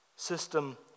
system